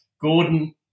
Gordon